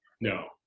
No